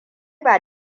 ba